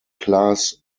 class